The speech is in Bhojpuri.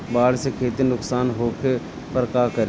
बाढ़ से खेती नुकसान होखे पर का करे?